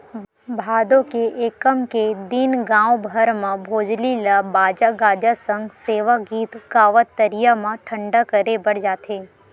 भादो के एकम के दिन गाँव भर म भोजली ल बाजा गाजा सग सेवा गीत गावत तरिया म ठंडा करे बर जाथे